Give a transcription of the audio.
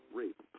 rape